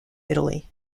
italy